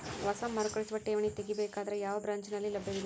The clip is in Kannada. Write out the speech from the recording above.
ಹೊಸ ಮರುಕಳಿಸುವ ಠೇವಣಿ ತೇಗಿ ಬೇಕಾದರ ಯಾವ ಬ್ರಾಂಚ್ ನಲ್ಲಿ ಲಭ್ಯವಿದೆ?